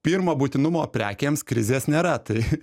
pirmo būtinumo prekėms krizės nėra tai